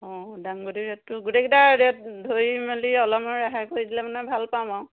অঁ দাংবডীৰ ৰে'টটো গোটেইকেটাৰ ৰে'ট ধৰি মেলি অলপমান ৰেহাই কৰি দিলে মানে ভাল পাম আও